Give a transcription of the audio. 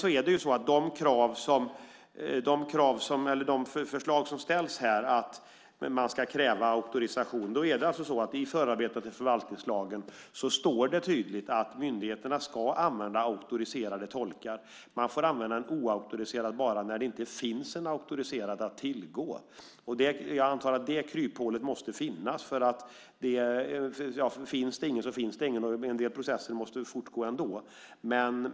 När det gäller det som här föreslås - att det ska krävas auktorisation - är det så att det i förarbetena till förvaltningslagen tydligt står att myndigheterna ska använda auktoriserade tolkar. Man får använda en oauktoriserad tolk bara när det inte finns en auktoriserad tolk att tillgå. Jag antar att det kryphålet måste finnas. Finns det ingen så finns det ingen. En del processer måste ändå fortgå.